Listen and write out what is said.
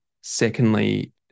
Secondly